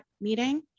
meeting